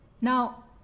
Now